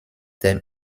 them